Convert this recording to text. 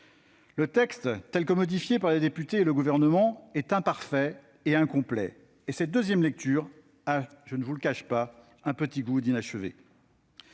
Le texte, tel que l'ont modifié les députés et le Gouvernement, est imparfait et incomplet, et cette deuxième lecture a, je ne vous le cache pas, un petit goût d'inachevé.